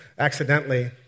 accidentally